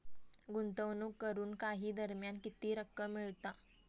गुंतवणूक करून काही दरम्यान किती रक्कम मिळता?